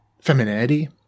femininity